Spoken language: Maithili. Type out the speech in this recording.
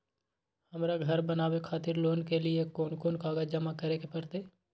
हमरा धर बनावे खातिर लोन के लिए कोन कौन कागज जमा करे परतै?